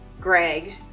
greg